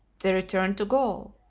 they returned to gaul,